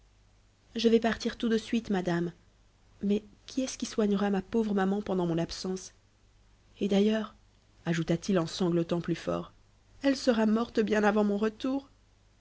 je vais partir tout de suite madame mais qui est-ce qui soignera ma pauvre maman pendant mon absence et d'ailleurs ajouta-t-il en sanglotant plus fort elle sera morte bien avant mon retour